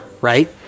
Right